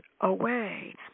away